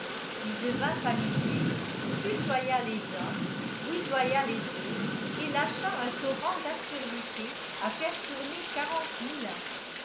il devint familier tutoya les uns rudoya les autres et lâcha un torrent d'absurdités à faire tourner quarante moulins